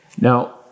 Now